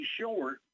short